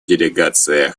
делегация